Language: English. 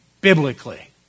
biblically